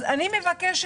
אז אני מבקשת